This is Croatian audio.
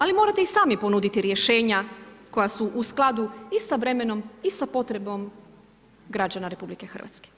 Ali morate i sami ponuditi rješenja, koja su u skladu i sa vremenom i sa potrebom građana RH.